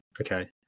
Okay